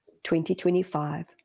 2025